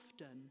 often